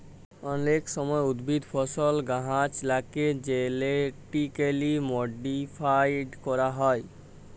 অলেক সময় উদ্ভিদ, ফসল, গাহাচলাকে জেলেটিক্যালি মডিফাইড ক্যরা হয়